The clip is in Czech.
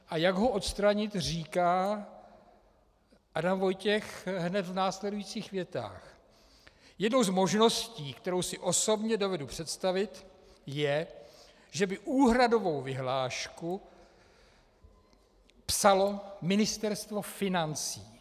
A jak ho odstranit, říká Adam Vojtěch hned v následujících větách: Jednou z možností, kterou si osobně dovedu představit, je, že by úhradovou vyhlášku psalo Ministerstvo financí.